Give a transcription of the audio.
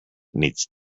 needs